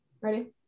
Ready